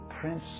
Prince